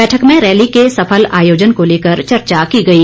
बैठक में रैली के सफल आयोजन को लेकर चर्चा की गई